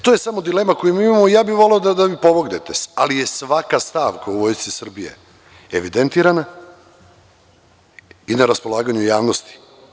To je samo dilema koju imamo i ja bih voleo da mi pomognete, ali je svaka stavka u Vojsci Srbije evidentirana i na raspolaganju javnosti.